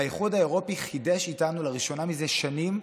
והאיחוד האירופי חידש איתנו, לראשונה מזה שנים,